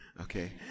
Okay